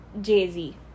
jay-z